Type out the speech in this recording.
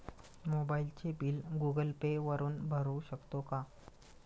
मोबाइलचे bill Google Pay वापरून भरू शकतो का?